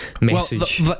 message